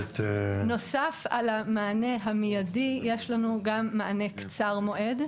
נוסף על המענה המידי יש לנו גם מענה קצר-מועד.